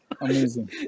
amazing